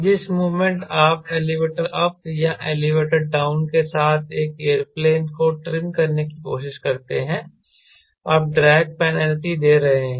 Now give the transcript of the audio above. जिस मोमेंट आप elevator up या एलीवेटर डाउन के साथ एक एयरप्लेन को ट्रिम करने की कोशिश करते हैं आप ड्रैग पेनल्टी दे रहे हैं